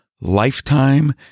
Lifetime